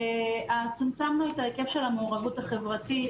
צמצמנו את ההיקף של המעורבות החברתית,